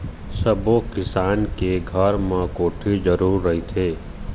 सब्बो किसान के घर म कोठी जरूर रहिथे